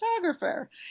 photographer